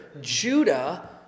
Judah